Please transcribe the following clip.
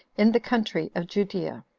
in the country of judea.